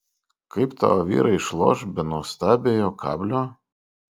kaip tavo vyrai išloš be nuostabiojo kablio